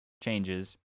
changes